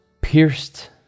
pierced